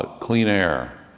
ah clean-air.